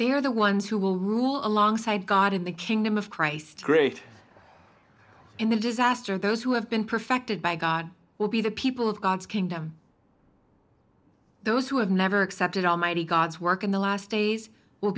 are the ones who will rule alongside god in the kingdom of christ great in the disaster those who have been perfected by god will be the people of god's kingdom those who have never accepted almighty god's work in the last days will